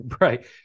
Right